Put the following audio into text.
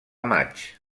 maig